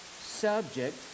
subject